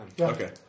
Okay